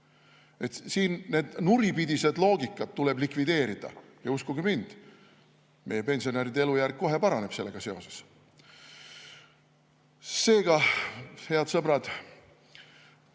võtta. Need nuripidised loogikad tuleb likvideerida, ja uskuge mind, meie pensionäride elujärg paraneb kohe. Seega, head sõbrad,